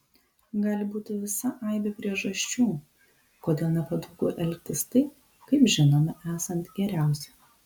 gali būti visa aibė priežasčių kodėl nepatogu elgtis taip kaip žinome esant geriausia